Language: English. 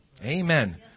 Amen